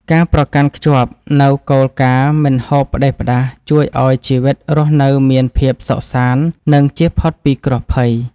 ការប្រកាន់ខ្ជាប់នូវគោលការណ៍មិនហូបផ្ដេសផ្ដាសជួយឱ្យជីវិតរស់នៅមានភាពសុខសាន្តនិងចៀសផុតពីគ្រោះភ័យ។